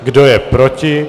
Kdo je proti?